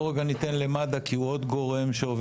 בוא רגע ניתן למד"א כי הוא עוד גורם שעובד